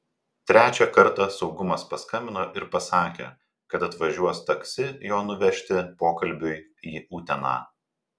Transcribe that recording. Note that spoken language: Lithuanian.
trečią kartą saugumas paskambino ir pasakė kad atvažiuos taksi jo nuvežti pokalbiui į uteną